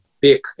big